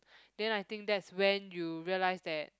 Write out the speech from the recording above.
then I think that's when you realise that